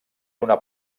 una